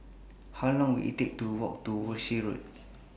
How Long Will IT Take to Walk to Walshe Road